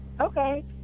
Okay